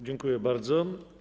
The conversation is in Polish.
Dziękuję bardzo.